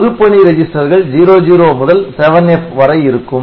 பொதுப்பணி ரிஜிஸ்டர்கள் 00 முதல் 7F வரை இருக்கும்